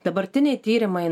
dabartiniai tyrimai